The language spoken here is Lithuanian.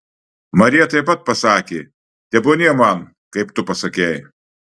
marija taip pat pasakė tebūnie man kaip tu pasakei